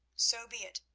so be it,